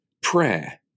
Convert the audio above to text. prayer